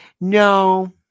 no